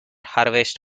harvest